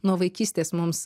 nuo vaikystės mums